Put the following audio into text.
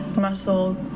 muscle